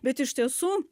bet iš tiesų